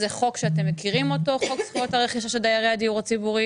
זה חוק שאתם מכירים אותו; חוק זכויות הרכישה של דיירי הדיור הציבורי.